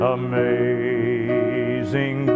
amazing